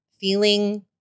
feeling